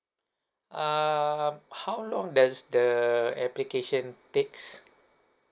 err how long does the application takes